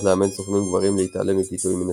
לאמן סוכנים גברים להתעלם מפיתויים מנשים.